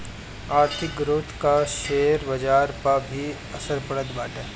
आर्थिक ग्रोथ कअ शेयर बाजार पअ भी असर पड़त बाटे